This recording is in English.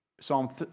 Psalm